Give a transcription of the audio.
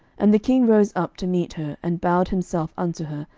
and the king rose up to meet her, and bowed himself unto her,